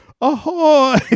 ahoy